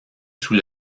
sous